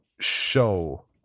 show